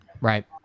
Right